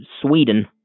Sweden